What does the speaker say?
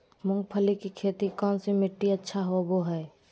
मूंग की खेती कौन सी मिट्टी अच्छा होबो हाय?